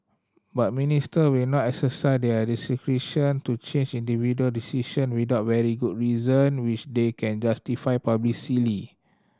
but Minister will not their discretion to change individual decision without very good reason which they can justify